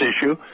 issue